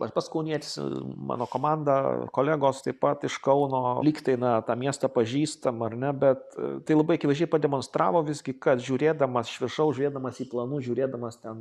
aš pats kaunietis mano komanda kolegos taip pat iš kauno lyg tai na tą miestą pažįstam ar ne bet tai labai akivaizdžiai pademonstravo visgi kad žiūrėdamas iš viršaus žiūrėdamas į planus žiūrėdamas ten